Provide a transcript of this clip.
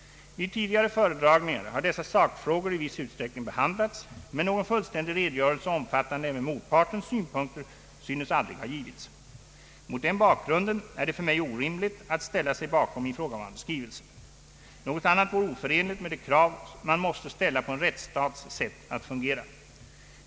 Vid tidigare föredragningar har dessa sakfrågor i viss utsträckning behandlats men någon fullständig redogörelse omfattande även motpartens synpunkter synes aldrig ha givits. Mot den bakgrunden är det för mig orimligt att ställa sig bakom ifrågavarande skrivelse. Något annat vore oförenligt med de krav man måste ställa på en rättsstats sätt att fungera.